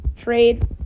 trade